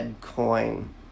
coin